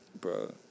Bro